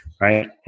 right